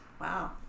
Wow